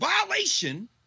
violation